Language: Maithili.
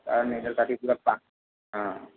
तऽ पूरा पा हँ